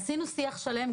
עשינו שיח שלם,